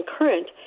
Current